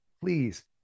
please